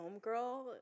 homegirl